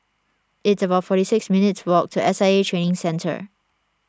it's about forty six minutes' walk to S I A Training Centre